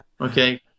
Okay